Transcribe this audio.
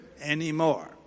anymore